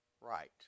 right